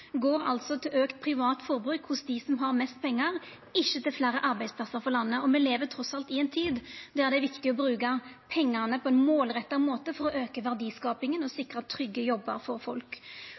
til auka privat forbruk hos dei som har mest pengar, ikkje til fleire arbeidsplassar for landet. Me lever trass alt i ei tid der det er viktig å bruka pengane på ein målretta måte for å auka verdiskapinga og sikra trygge jobbar for folk.